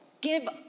give